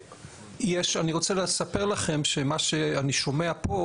אני רוצה לספר לכם שמה שאני שומע פה